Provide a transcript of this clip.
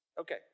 Okay